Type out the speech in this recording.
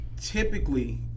Typically